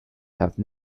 have